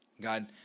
God